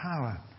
power